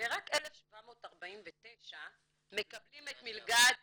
ורק 1,749 מקבלים את מלגת